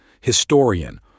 historian